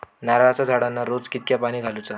नारळाचा झाडांना रोज कितक्या पाणी घालुचा?